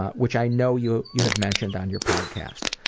which i know you you have mentioned on your podcast.